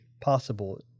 possible